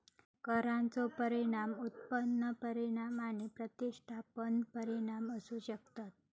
करांचो परिणाम उत्पन्न परिणाम आणि प्रतिस्थापन परिणाम असू शकतत